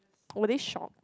were they shock